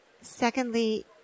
Secondly